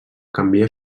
canvia